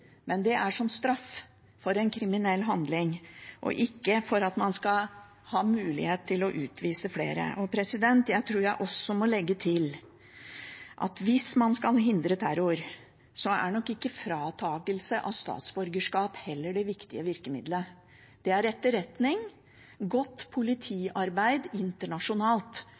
men det er som straff for en kriminell handling, og ikke for at man skal ha mulighet til å utvise flere. Jeg tror også jeg må legge til at hvis man skal hindre terror, er nok ikke fratakelse av statsborgerskap det viktige virkemiddelet. Det er etterretning, godt politiarbeid internasjonalt